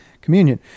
communion